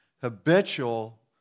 habitual